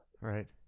Right